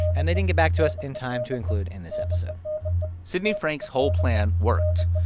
and they didn't get back to us in time to include in this episode sidney frank's whole plan worked.